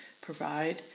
provide